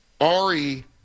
Ari